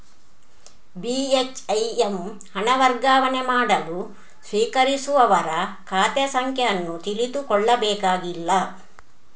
ಬಿ.ಹೆಚ್.ಐ.ಎಮ್ ಹಣ ವರ್ಗಾವಣೆ ಮಾಡಲು ಸ್ವೀಕರಿಸುವವರ ಖಾತೆ ಸಂಖ್ಯೆ ಅನ್ನು ತಿಳಿದುಕೊಳ್ಳಬೇಕಾಗಿಲ್ಲ